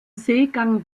seegang